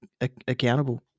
accountable